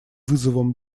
вызовом